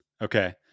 Okay